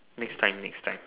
next time next time